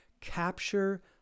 Capture